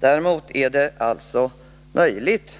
Däremot är det möjligt